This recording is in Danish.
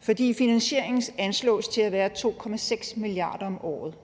For finansieringen anslås til at være 2,6 mia. kr. om året,